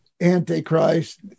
Antichrist